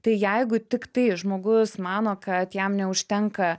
tai jeigu tiktai žmogus mano kad jam neužtenka